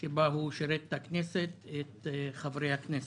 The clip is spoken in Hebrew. שבה הוא שירת את הכנסת ואת חברי הכנסת.